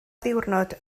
ddiwrnod